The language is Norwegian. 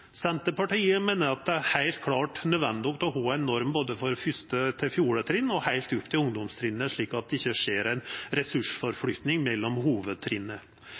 Senterpartiet meiner at det er heilt klart nødvendig å ha ei norm både for 1.–4. trinn og heilt opp til ungdomstrinnet, slik at det ikkje skjer ei ressursflytting mellom